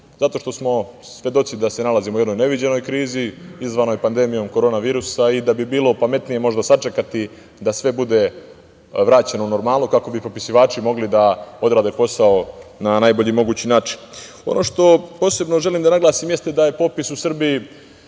jer smo svedoci da se nalazimo u jednoj neviđenoj krizi izazvanoj pandemijom korona virusa i da bi bilo pametnije možda sačekati da sve bude vraćeno u normalnu, kako bi popisivači mogli da odrade posao na najbolji mogući način. Ono što posebno želim da naglasim jeste da je popis u Srbiji